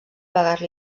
pagar